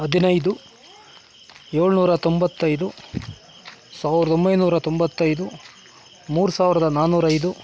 ಹದಿನೈದು ಏಳುನೂರ ತೊಂಬತ್ತೈದು ಸಾವಿರದ ಒಂಬೈನೂರ ತೊಂಬತ್ತೈದು ಮೂರು ಸಾವಿರದ ನಾನ್ನೂರ ಐದು